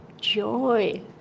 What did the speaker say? joy